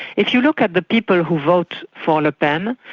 if you look at the people who vote for le pen,